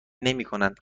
نمیکنند